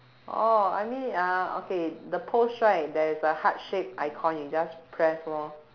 orh I mean uh okay the post right there is a heart shape icon you just press lor